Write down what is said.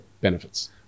benefits